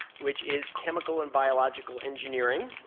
which is chemical and biological engineering.